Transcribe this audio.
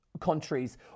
countries